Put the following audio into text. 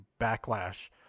Backlash